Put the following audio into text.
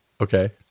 Okay